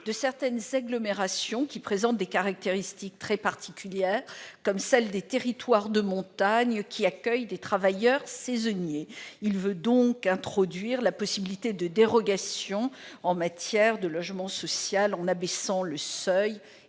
de certaines agglomérations qui présentent des caractéristiques très particulières, comme celles des territoires de montagne qui accueillent des travailleurs saisonniers. Il a donc pour objet de permettre des dérogations en matière de logement social en abaissant le seuil.